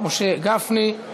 פקודת התעבורה (מס' 117) (קווי שירות למוניות),